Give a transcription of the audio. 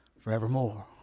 forevermore